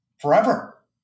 forever